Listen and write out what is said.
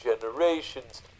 generations